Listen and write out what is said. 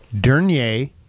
Dernier